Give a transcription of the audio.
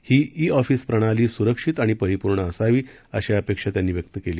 ही e office प्रणाली सुरक्षित आणि परिपूर्ण असावी अशी अपेक्षाही त्यांनी व्यक्त केली